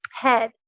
head